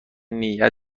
نینی